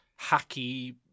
hacky